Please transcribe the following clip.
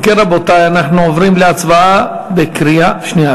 אם כן, רבותי, אנחנו עוברים להצבעה בקריאה שנייה.